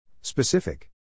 Specific